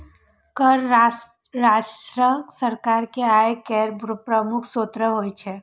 कर राजस्व सरकार के आय केर प्रमुख स्रोत होइ छै